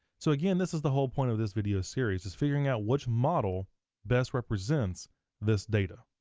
so again this is the whole point of this video series, is figuring out which model best represents this data.